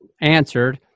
Answered